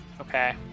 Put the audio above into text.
Okay